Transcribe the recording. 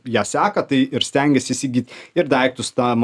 ją seka tai ir stengias įsigyt ir daiktus tam